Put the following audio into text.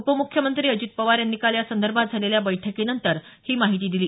उपमुख्यमंत्री अजित पवार यांनी काल यासंदर्भात झालेल्या बैठकीनंतर ही माहिती दिली